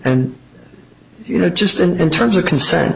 and you know just in terms of consent